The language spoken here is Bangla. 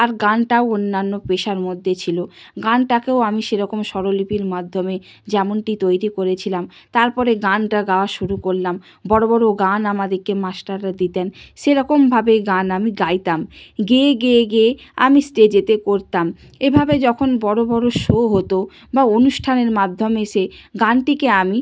আর গানটাও অন্যান্য পেশার মধ্যে ছিলো গানটাকেও আমি সেরকম স্বরলিপির মাধ্যমে যেমনটি তৈরি করেছিলাম তারপরে গানটা গাওয়া শুরু করলাম বড়ো বড়ো গান আমাদেরকে মাস্টাররা দিতেন সেরকমভাবেই গান আমি গাইতাম গেয়ে গেয়ে গেয়ে আমি স্টেজেতে করতাম এভাবে যখন বড়ো বড়ো শো হতো বা অনুষ্ঠানের মাধ্যমে সে গানটিকে আমি